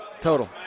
Total